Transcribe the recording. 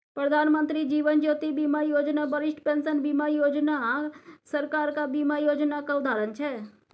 प्रधानमंत्री जीबन ज्योती बीमा योजना, बरिष्ठ पेंशन बीमा योजना सरकारक बीमा योजनाक उदाहरण छै